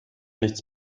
nichts